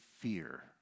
fear